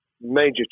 major